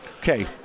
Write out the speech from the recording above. Okay